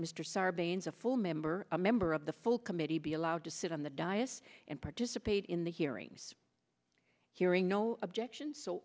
mr sarbanes a full member a member of the full committee be allowed to sit on the diocese and participate in the hearings hearing no objection so